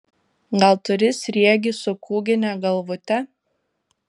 gal turi sriegį su kūgine galvute